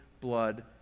blood